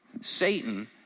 Satan